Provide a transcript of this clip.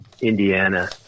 Indiana